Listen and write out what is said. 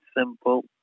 simple